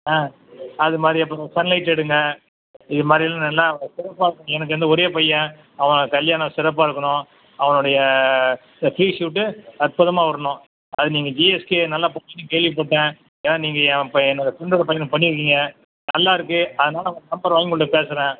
ஆ அது மாதிரி அப்புறம் சன்லைட் எடுங்கள் இது மாதிரிலாம் நல்லா சிறப்பாக இருக்கணும் எனக்கு இந்த ஒரே பையன் அவன் கல்யாணம் சிறப்பாக இருக்கணும் அவனுடைய இந்த ப்ரீஷூட்டு அற்புதமாக வரணும் அது நீங்கள் ஜிஎஸ்கே நல்லா பண்ணுவிங்கன்னு கேள்விப்பட்டேன் ஏன்னால் நீங்கள் என் ப என்னோடய ஃப்ரெண்டோடய பையனுக்கு பண்ணியிருக்கிங்க நல்லா இருக்குது அதனால் உங்கள் நம்பர் வாங்கி உங்கள்கிட்ட பேசுகிறேன்